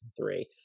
three